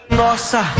nossa